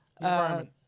environment